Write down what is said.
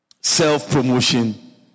Self-promotion